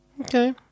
Okay